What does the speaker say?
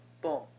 boom